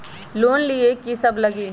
Loan लिए की सब लगी?